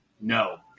no